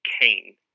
Kane